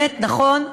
זאת האמת, נכון,